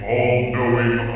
all-knowing